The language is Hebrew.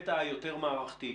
בהרחבה.